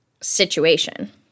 situation